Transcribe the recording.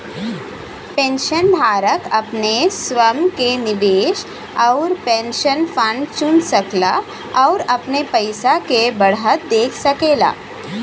पेंशनधारक अपने स्वयं क निवेश आउर पेंशन फंड चुन सकला आउर अपने पइसा के बढ़त देख सकेला